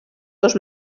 dos